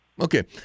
Okay